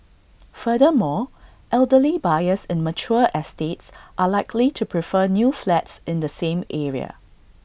furthermore elderly buyers in mature estates are likely to prefer new flats in the same area